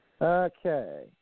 Okay